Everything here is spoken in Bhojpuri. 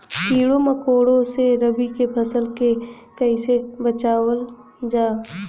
कीड़ों मकोड़ों से रबी की फसल के कइसे बचावल जा?